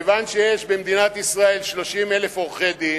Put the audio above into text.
מכיוון שיש במדינת ישראל 30,000 עורכי-דין,